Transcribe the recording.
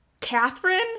Catherine